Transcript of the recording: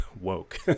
woke